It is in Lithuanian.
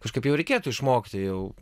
kažkaip jau reikėtų išmokti jau